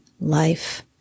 life